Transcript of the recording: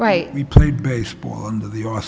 right we played baseball